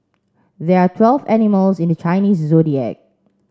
there are twelve animals in the Chinese Zodiac